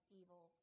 evil